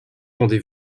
rendez